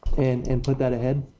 and and put that ahead.